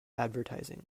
advertising